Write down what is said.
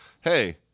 Hey